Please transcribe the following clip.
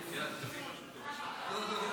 מרים וולדיגר,